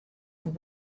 and